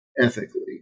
ethically